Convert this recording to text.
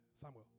Samuel